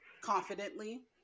confidently